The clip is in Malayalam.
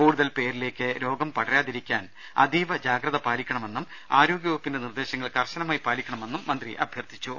കൂടുതൽ പേരിലേക്ക് രോഗം പടരാതിരിക്കാൻ അതീവ ജാഗ്രത പാലിക്കണമെന്നും ആരോഗ്യവകുപ്പിന്റെ നിർദേശങ്ങൾ കർശനമായി പാലിക്കണമെന്നും മന്ത്രി അഭ്യർത്ഥിച്ചു